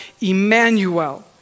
Emmanuel